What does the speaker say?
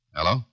Hello